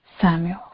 Samuel